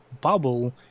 bubble